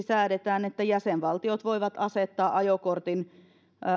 säädetään että jäsenvaltiot voivat asettaa ajokortin